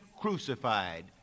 crucified